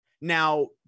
Now